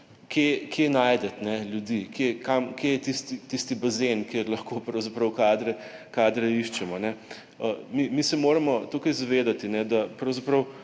kje najti ljudi, kje je tisti bazen, kjer lahko pravzaprav kadre iščemo. Mi se moramo tukaj zavedati, da pravzaprav